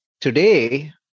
Today